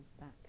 back